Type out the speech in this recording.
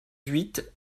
huit